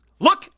Look